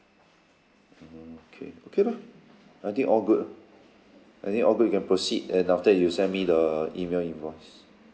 okay okay lah I think all good ah I think all good you can proceed and after that you'll send me the email invoice